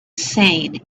seen